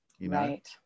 Right